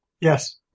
Yes